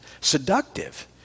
seductive